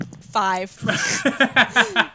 Five